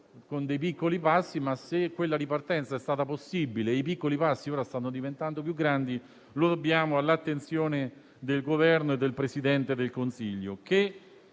con dei piccoli passi. Ma se quella ripartenza è stata possibile e i piccoli passi ora stanno diventando più grandi, lo dobbiamo all'attenzione del Governo e del Presidente del Consiglio, che